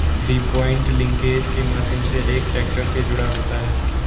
three point linkage के माध्यम से एक ट्रैक्टर से जुड़ा होता है